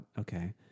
okay